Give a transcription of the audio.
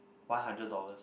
one hundred dollars